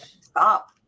Stop